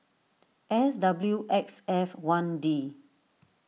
S W X F one D